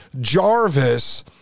Jarvis